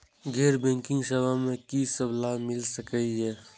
गैर बैंकिंग सेवा मैं कि सब लाभ मिल सकै ये?